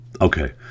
okay